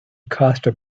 costa